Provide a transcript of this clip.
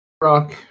Rock